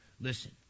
Listen